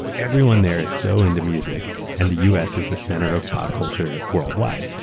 everyone there is so into music and the us is the center of pop culture worldwide.